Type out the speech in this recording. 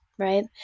Right